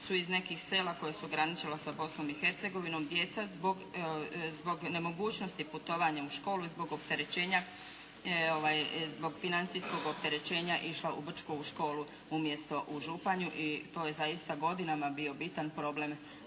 su iz nekih sela koja su graničila sa Bosnom i Hercegovinom djeca zbog nemogućnosti putovanja u školu i zbog opterećenja, zbog financijskog opterećenja išla u Brčko u školu umjesto u Županju i to je zaista godinama bio bitan problem